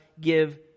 give